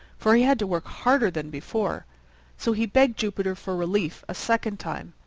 for he had to work harder than before so he begged jupiter for relief a second time,